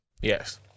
Yes